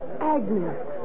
Agnes